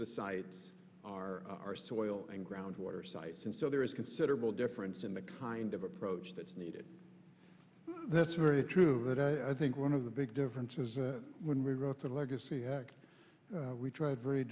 of the sites are our soil and groundwater sites and so there is considerable difference in the kind of a roche that's needed that's very true but i think one of the big differences when we wrote the legacy act we tried very